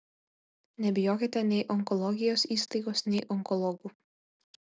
nebijokite nei onkologijos įstaigos nei onkologų